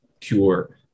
cure